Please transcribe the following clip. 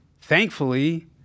Thankfully